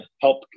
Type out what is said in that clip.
help